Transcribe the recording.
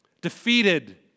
defeated